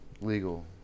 legal